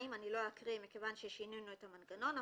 מכיוון ששינינו את המנגנון.